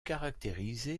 caractérisé